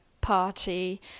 party